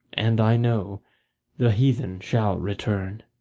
and i know the heathen shall return.